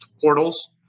portals